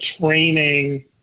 training